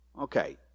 Okay